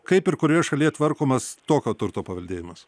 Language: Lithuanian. kaip ir kurioje šalyje tvarkomas tokio turto paveldėjimas